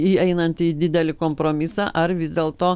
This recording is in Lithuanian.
įeinantį į didelį kompromisą ar vis dėlto